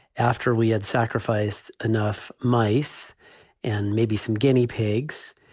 after we had sacrificed enough mice and maybe some guinea pigs,